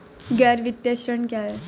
गैर वित्तीय ऋण क्या है?